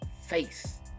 face